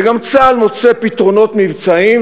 וגם צה"ל מוצא פתרונות מבצעיים,